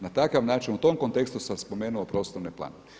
Na takav način u tom kontekstu sam spomenuo prostorni plan.